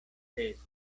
tezon